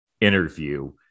interview